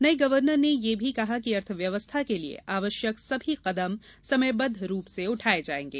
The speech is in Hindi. नये गवर्नर ने यह भी कहा कि अर्थव्यवस्था के लिए आवश्यक सभी कदम समयबद्व रूप से उठाये जायेंगे